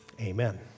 amen